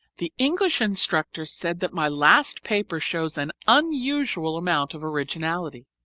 the english instructor said that my last paper shows an unusual amount of originality.